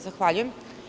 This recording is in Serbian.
Zahvaljujem.